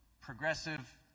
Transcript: progressive